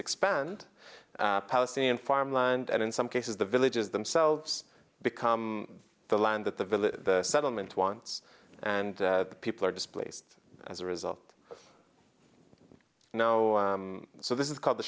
expand palestinian farmland and in some cases the villages themselves become the land that the village the settlement once and the people are displaced as a result now so this is called the